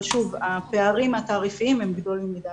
אבל, שוב, הפערים התעריפיים הם גדולים מדי.